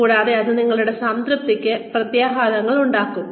കൂടാതെ അത് നിങ്ങളുടെ സംതൃപ്തിക്ക് പ്രത്യാഘാതങ്ങൾ ഉണ്ടാക്കും